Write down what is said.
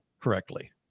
correctly